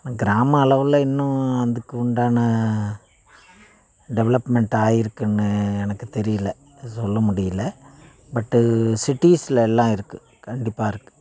கிராம அளவில் இன்னும் அதுக்குண்டான டெவலப்மெண்ட் ஆகிருக்குன்னு எனக்கு தெரியல சொல்ல முடியல பட்டு சிட்டிஸ்லெல்லாம் இருக்குது கண்டிப்பாக இருக்குது